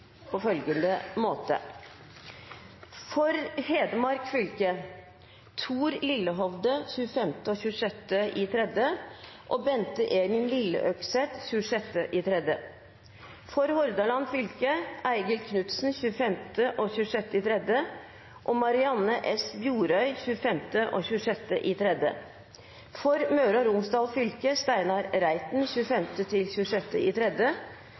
innvilges. Følgende vararepresentanter innkalles for å møte i permisjonstiden: for Hedmark fylke: Thor Lillehovde 25.–26. mars og Bente Elin Lilleøkseth 26. mars for Hordaland fylke: Eigil Knutsen 25.–26. mars og Marianne S. Bjorøy 25.–26. mars for Møre og Romsdal fylke: Steinar Reiten